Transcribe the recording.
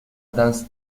dance